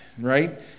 right